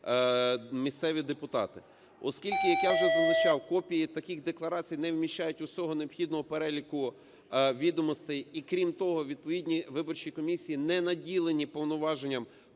місцеві депутати. Оскільки, як я вже зазначав, копії таких декларацій не вміщають усього необхідного переліку відомостей і, крім того, відповідні виборчі комісії не наділені повноваженням